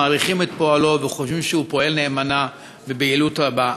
מעריכים את פועלו וחושבים שהוא פועל נאמנה וביעילות רבה,